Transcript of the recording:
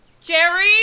Jerry